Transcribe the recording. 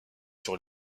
sur